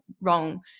wrong